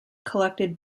collected